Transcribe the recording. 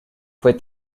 fue